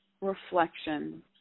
reflection